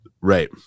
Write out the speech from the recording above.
Right